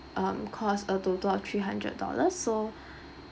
um cost a total of three hundred dollars so